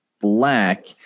black